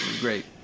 Great